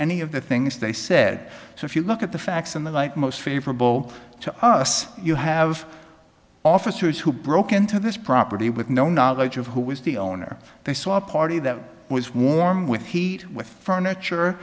any of the things they said so if you look at the facts in the light most favorable to us you have officers who broke into this property with no knowledge of who was the owner they saw a party that was warm with heat with furniture